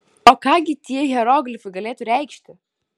o ką gi tie hieroglifai galėtų reikšti